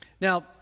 Now